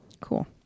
Cool